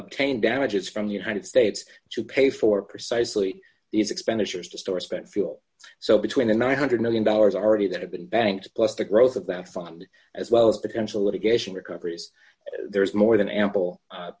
obtained damages from the kind of states to pay for precisely these expenditures to store spent fuel so between the nine hundred million dollars already that have been banked plus the growth of that fund as well as potential litigation recoveries there's more than